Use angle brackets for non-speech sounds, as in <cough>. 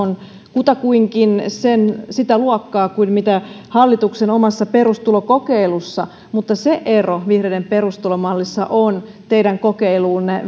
kutakuinkin sitä luokkaa kuin hallituksen omassa perustulokokeilussa mutta se ero vihreiden perustulomallissa on teidän kokeiluunne <unintelligible>